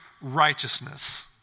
righteousness